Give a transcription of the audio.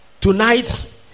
tonight